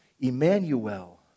Emmanuel